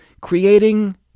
creating